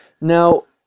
Now